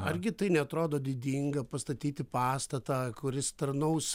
argi tai neatrodo didinga pastatyti pastatą kuris tarnaus